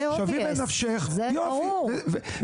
זה obvious, זה ברור.